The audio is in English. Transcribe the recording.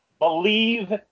Believe